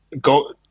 go